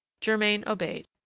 germain obeyed.